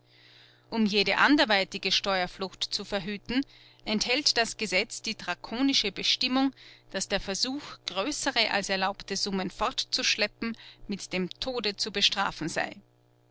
um jede anderweitige steuerflucht zu verhüten enthält das gesetz die drakonische bestimmung daß der versuch größere als erlaubte summen fortzuschleppen mit dem tode zu bestrafen sei